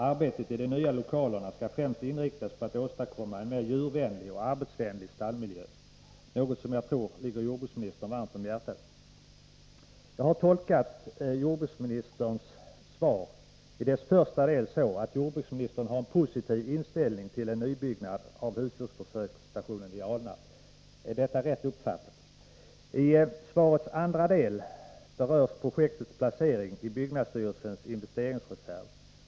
Arbetet i de nya lokalerna skall främst inriktas på att åstadkomma en mer djurvänlig och arbetsvänlig stallmiljö, något som jag tror ligger jordbruksministern varmt om hjärtat. Jag har tolkat jordbruksministerns svar i dess första del så, att jordbruksministern har en positiv inställning till en nybyggnad av husdjursförsöksstationen i Alnarp. Är detta rätt uppfattat? I svarets andra del berörs projektets placering i byggnadsstyrelsens investeringsreserv.